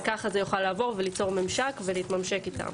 וככה זה יוכל לעבור וליצור ממשק ולהתממשק איתם.